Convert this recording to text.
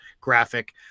graphic